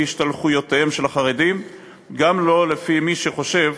השתלחויותיהם של החרדים וגם לא לפי מי שחושב